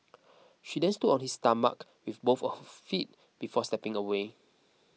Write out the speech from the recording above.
she then stood on his stomach with both of her feet before stepping away